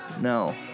No